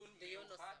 דיון מיוחד